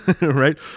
right